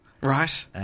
Right